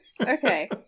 Okay